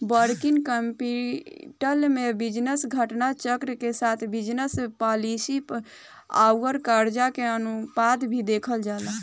working capital में business घटना चक्र के साथ बिजनस पॉलिसी आउर करजा के अनुपात भी देखल जाला